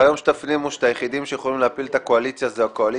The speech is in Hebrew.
ביום שתפנימו שהיחידים שיכולים להפיל את הקואליציה זה הקואליציה,